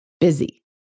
Busy